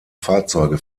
fahrzeuge